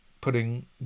putting